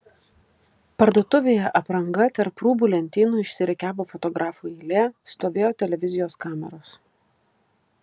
parduotuvėje apranga tarp rūbų lentynų išsirikiavo fotografų eilė stovėjo televizijos kameros